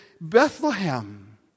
Bethlehem